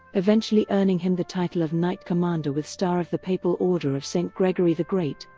eventually earning him the title of knight commander with star of the papal order of st. gregory the great,